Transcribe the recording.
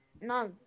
no